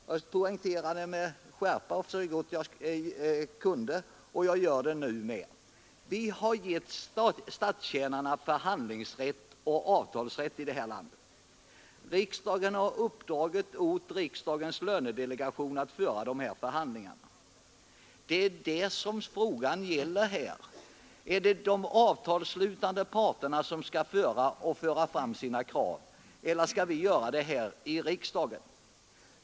Jag poängterade med skärpa, så gott jag kunde — och jag gör det nu med — att vi har gett statstjänarna förhandlingsrätt och avtalsrätt. Riksdagen har uppdragit åt riksdagens lönedelegation att föra de här förhandlingarna. Det är det som frågan gäller. Är det de avtalsslutande parterna som skall föra fram sina krav, eller skall vi göra det här i riksdagen?